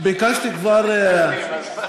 לפעמים זה אותו דבר.